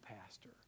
pastor